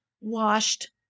washed